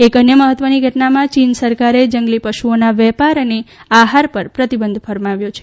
એક અન્ય મહત્વની ઘટનામાં ચીન સરકારે જંગલી પશુઓના વેપાર અને આહાર પર પ્રતિબંધ ફરમાવ્યો છે